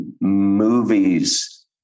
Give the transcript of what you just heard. movies